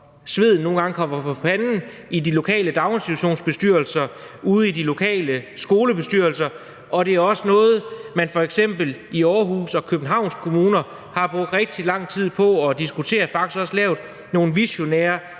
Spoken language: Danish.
sveden nogle gange kommer på panden i de lokale daginstitutionsbestyrelser og ude i de lokale skolebestyrelser, og det er også noget, man f.eks. i Aarhus og Københavns Kommuner har brugt rigtig lang tid på at diskutere og faktisk også lavet nogle visionære